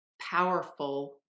powerful